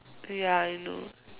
ya I know